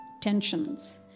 tensions